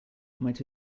might